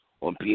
on